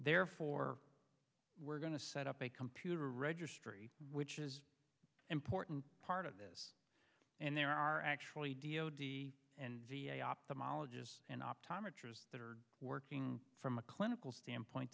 therefore we're going to set up a computer registry which is important part of this and there are actually d o d and ophthalmologist and optometrist that are working from a clinical standpoint